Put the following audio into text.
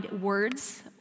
words